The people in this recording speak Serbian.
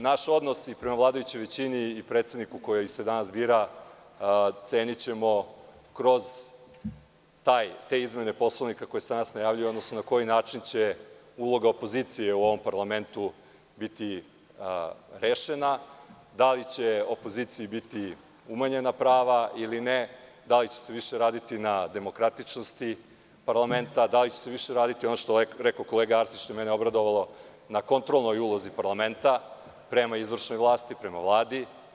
Naš odnos prema vladajućoj većini i predsedniku koji se danas bira, cenićemo kroz te izmene Poslovnika koje se danas najavljuju, odnosno na koji način će uloga opozicije u ovom parlamentu biti rešena - da li će opozicija biti umanjena prava ili ne, da li će se više raditi na demokratičnosti parlamenta, da li će se više raditi, ono što je rekao kolega Arsić, a što je mene obradovalo, na kontrolnoj ulozi parlamenta prema izvršnoj vlasti, prema Vladi.